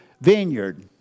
vineyard